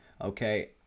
okay